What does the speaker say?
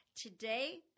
Today